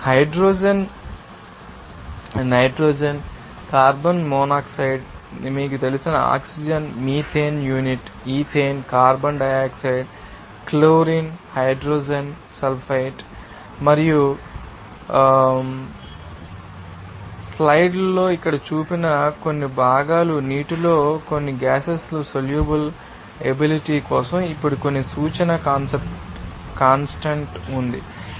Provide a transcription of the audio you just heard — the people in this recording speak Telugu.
హైడ్రోజన్ నైట్రోజన్ కార్బన్ మోనాక్సైడ్ మీకు తెలిసిన oxygen methane unit ethane carbon dioxide chlorine hydrogen sulphide మరియు వంటి స్లైడ్లలో ఇక్కడ చూపిన కొన్ని భాగాలు నీటిలో కొన్ని గ్యాసెస్ సోల్యూబల్ ఎబిలిటీ కోసం ఇప్పుడు కొన్ని సూచన కాన్స్టాంట్ ఉంది